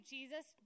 Jesus